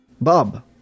bob